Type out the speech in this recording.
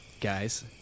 Guys